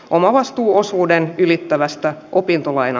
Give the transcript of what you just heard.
omavastuuosuuden ylittävästä opintolaina